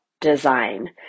design